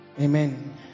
Amen